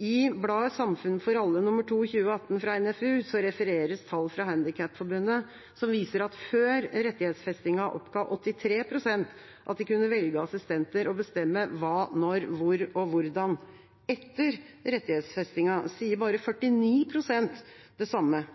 I bladet Samfunn for alle, nr. 2 2018, fra NFU, refereres tall fra Handikapforbundet som viser at før rettighetsfestingen oppga 83 pst. at de kunne velge assistenter og bestemme hva, når, hvor og hvordan. Etter rettighetsfestingen sier bare 49 pst. det samme.